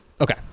Okay